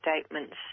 statements